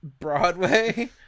Broadway